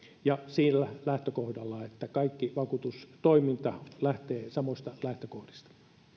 ja sillä lähtökohdalla että kaikki vakuutustoiminta lähtee samoista lähtökohdista